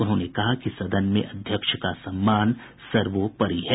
उन्होंने कहा कि सदन में अध्यक्ष का सम्मान सर्वोपरि है